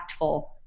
impactful